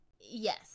Yes